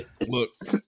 look